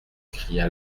cria